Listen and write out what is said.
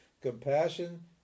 Compassion